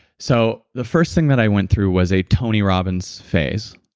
so, the first thing that i went through was a tony robbins phase,